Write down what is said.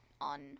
on